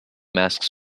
masks